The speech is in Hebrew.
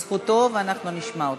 זכותו, ואנחנו נשמע אותה.